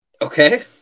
Okay